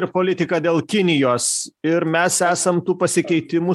ir politika dėl kinijos ir mes esam tų pasikeitimų